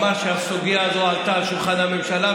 הוא אמר שהסוגיה הזאת עלתה על שולחן הממשלה,